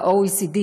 ב-OECD,